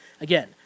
Again